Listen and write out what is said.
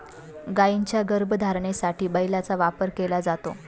गायींच्या गर्भधारणेसाठी बैलाचा वापर केला जातो